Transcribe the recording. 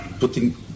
putting